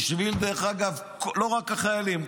לא רק החיילים,